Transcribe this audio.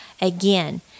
again